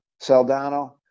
Saldano